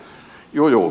juu juu